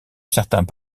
certains